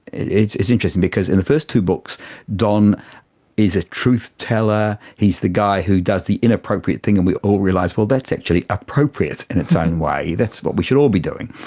it's interesting because in the first two books don is a truth-teller, he's the guy who does the inappropriate thing and we all realise, well, that's actually appropriate in its own way, that's what we should all be doing.